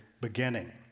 beginning